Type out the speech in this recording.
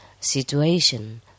situation